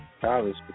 college